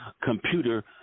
computer